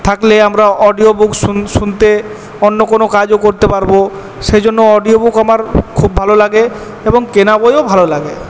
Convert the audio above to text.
থাকলে আমরা audio book শুনতে অন্য কোনো কাজও করতে পারবো সেই জন্য অডিও বুক আমার খুব ভালো লাগে এবং কেনা বইও ভালো লাগে